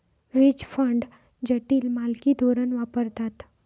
veg fund जटिल मालकी धोरण वापरतात